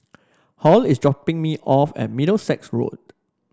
Hall is dropping me off at Middlesex Road